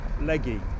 leggy